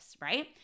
right